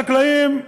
החקלאים,